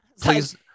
Please